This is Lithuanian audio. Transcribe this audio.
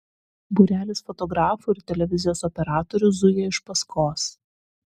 būrelis fotografų ir televizijos operatorių zuja iš paskos